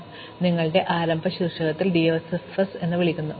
ഇപ്പോൾ ഞങ്ങൾ ആരംഭ ശീർഷകത്തിന്റെ DFS എന്ന് വിളിക്കുന്നു